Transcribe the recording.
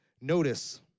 Notice